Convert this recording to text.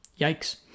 Yikes